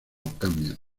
cambian